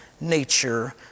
nature